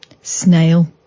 Snail